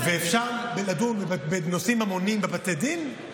אפשר לדון בנושאים ממוניים בבתי דין?